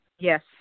Yes